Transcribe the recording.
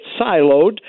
siloed